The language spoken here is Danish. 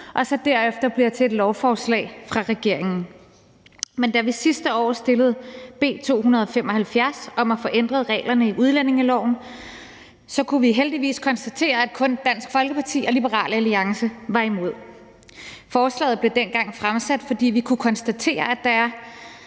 og så derefter bliver til et lovforslag fra regeringen, men da vi sidste år fremsatte B 275 om at få ændret reglerne i udlændingeloven, kunne vi heldigvis konstatere, at kun Dansk Folkeparti og Liberal Alliance var imod. Forslaget blev dengang fremsat, fordi vi kunne konstatere, at en af